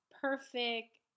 perfect